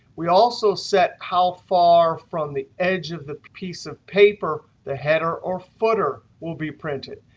we also set how far from the edge of the piece of paper the header or footer will be printed.